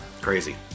Crazy